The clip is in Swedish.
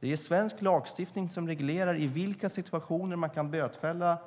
Det är svensk lagstiftning som reglerar i vilka situationer man kan bötfälla